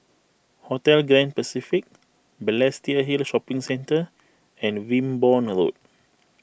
Hotel Grand Pacific Balestier Hill Shopping Centre and Wimborne Road